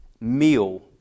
meal